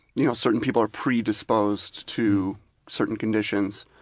you know, certain people are predisposed to certain conditions,